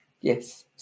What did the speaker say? Yes